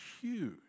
huge